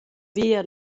via